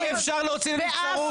אי אפשר להוציא נבצרות,